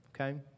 Okay